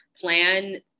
plan